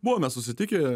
buvome susitikę